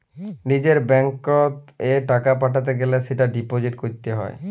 লিজের ব্যাঙ্কত এ টাকা পাঠাতে গ্যালে সেটা ডিপোজিট ক্যরত হ্য়